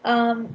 um